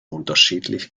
unterschiedlich